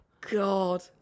God